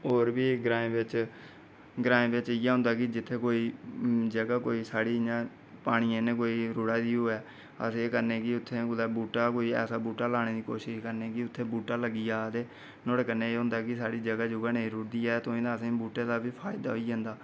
होर बी ग्राएं बिच्च ग्राएं बिच्च इ'यै होंदी कि जित्थै कोई जगह् कोई साढ़ी इ'यां पानियैं कन्नै रूढ़ा दी होए उत्थै कोई ऐसा बूह्टे लाने दी कोशिश करने कि उत्थै बूह्टे लग्गी जा न्होडै कन्नै एह् होंदी कि साढ़ी जगह् नेईं रुड़दी ऐ ते असेंगी बूह्टे दा बी फायदा होई जंदा